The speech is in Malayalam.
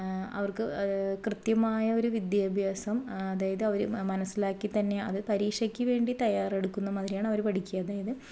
അവർക്ക് കൃതിയമായൊരു വിദ്യാഭ്യാസം അതായത് അവര് മനസിലാക്കിത്തന്നെ അത് പരീക്ഷക്ക് വേണ്ടി തയാറെടുക്കുന്ന മാതിരിയാണ് അവര് പഠിക്ക്യ അതായത്